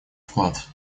вклад